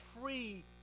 free